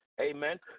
Amen